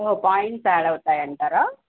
ఓహ్ points add అవుతాయి అంటారా